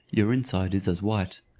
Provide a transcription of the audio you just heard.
your inside is as white.